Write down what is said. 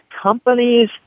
companies